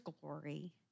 glory